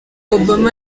obama